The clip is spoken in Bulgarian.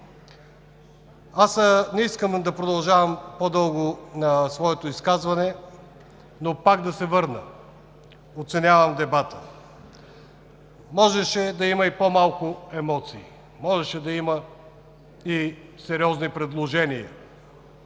Не искам да продължавам по-дълго своето изказване, но отново да се върна – оценявам дебата. Можеше да има и по-малко емоции, можеше да има и сериозни предложения.